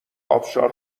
ابشار